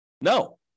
No